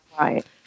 Right